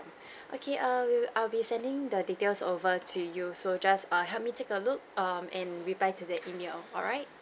okay err we'll I'll be sending the details over to you so just uh help me take a look um and reply to the email alright